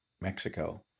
Mexico